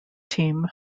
team